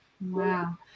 wow